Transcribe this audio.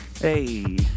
Hey